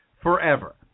forever